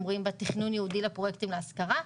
רואים תכנון ייעודי לפרויקטים להשכרה,